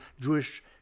Jewish